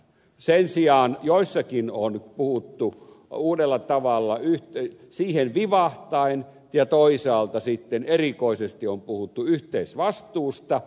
sen sijaan joissakin on puhuttu uudella tavalla siihen vivahtaen ja toisaalta sitten erikoisesti on puhuttu yhteisvastuusta